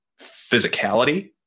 physicality